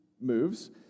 moves